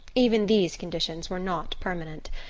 even these conditions were not permanent,